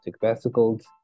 vesicles